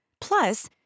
Plus